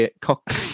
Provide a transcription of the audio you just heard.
cock